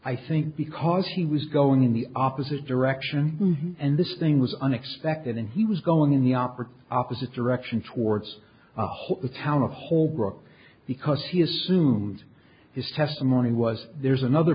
i think because he was going in the opposite direction and this thing was unexpected and he was going in the opportune opposite direction towards the town of holbrook because he assumed his testimony was there's another